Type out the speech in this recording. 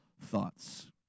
thoughts